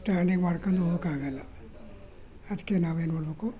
standing ಮಾಡ್ಕೊಂಡು ಹೋಗೋಕಾಗಲ್ಲ ಅದಕ್ಕೆ ನಾವೇನ್ಮಾಡಬೇಕು